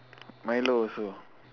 milo also